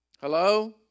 Hello